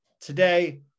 Today